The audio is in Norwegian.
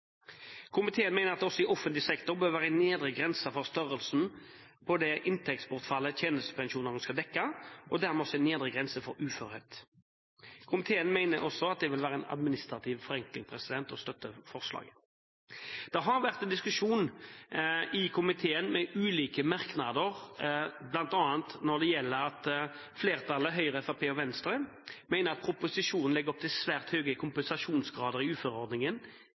Komiteen mener at det også i offentlig sektor bør være en nedre grense for størrelsen på det inntektsbortfallet tjenestepensjonene skal dekke, og dermed også en nedre grense for uførhet. Komiteen mener også at dette vil være en administrativ forenkling – og støtter forslaget. Det har vært diskusjon i komiteen om ulike merknader. Blant annet mener flertallet, Høyre, Fremskrittspartiet og Venstre, at proposisjonen legger opp til svært høye kompensasjonsgrader i uføreordningen